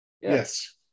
yes